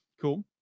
Cool